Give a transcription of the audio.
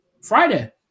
Friday